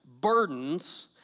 burdens